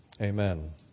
amen